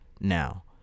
now